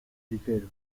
ligero